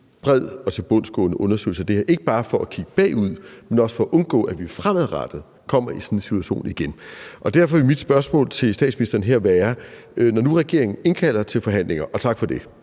bred og tilbundsgående undersøgelse af det her, ikke bare for at kigge bagud, men også for at undgå, at vi fremadrettet kommer i sådan en situation igen. Derfor vil mit spørgsmål til statsministeren her være, om man i regeringen, når man nu indkalder til forhandlinger omkring